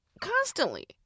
Constantly